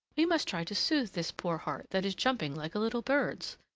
we must try to soothe this poor heart that is jumping like a little bird's,